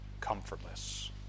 comfortless